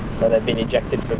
so they've been ejected from